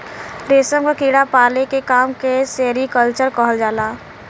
रेशम क कीड़ा पाले के काम के सेरीकल्चर कहल जाला